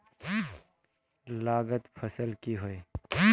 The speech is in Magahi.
लागत फसल की होय?